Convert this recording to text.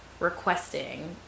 requesting